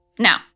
Now